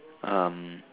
um